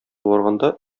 барганда